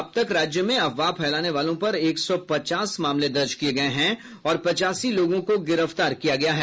अब तक राज्य में अफवाह फैलाने वालों पर एक सौ पचास मामले दर्ज किये गये हैं और पचासी लोगों को गिरफ्तार किया गया है